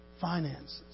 finances